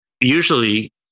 usually